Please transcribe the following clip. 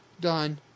done